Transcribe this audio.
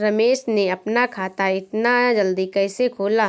रमेश ने अपना खाता इतना जल्दी कैसे खोला?